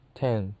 ten